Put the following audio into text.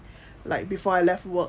like before I left work